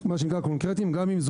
אנחנו רוצים להיות קונקרטיים גם אם זה